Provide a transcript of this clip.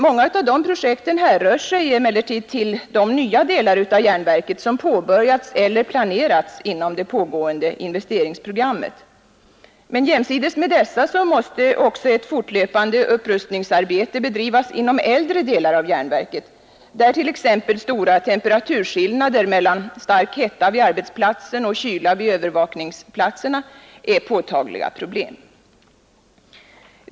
Många av dessa projekt härrör sig dock till de nya delar av järnverket som påbörjats eller planerats inom det pågående investeringsprogrammet. Jämsides med dessa måste emellertid också ett fortlöpande upprustningsarbete bedrivas inom äldre delar av järnverket, där t.ex. stora temperaturskillnader mellan stark hetta vid arbetsplatsen och kyla vid övervakningsplatser är påtagliga problem.